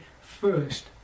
first